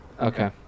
Okay